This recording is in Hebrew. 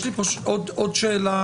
יש לי עוד שאלה